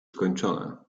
skończone